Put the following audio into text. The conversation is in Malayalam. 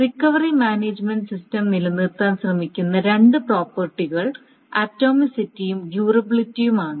റിക്കവറി മാനേജുമെന്റ് സിസ്റ്റം നിലനിർത്താൻ ശ്രമിക്കുന്ന രണ്ട് പ്രോപ്പർട്ടികൾ ആറ്റോമിസിറ്റിയും ഡ്യൂറബിലിറ്റിയുമാണ്